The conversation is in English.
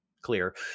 clear